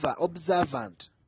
observant